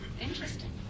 Interesting